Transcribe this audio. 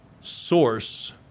source